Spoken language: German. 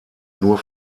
nur